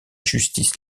justice